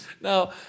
now